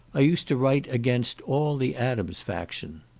i used to write against all the adams faction.